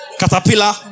caterpillar